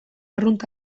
arrunt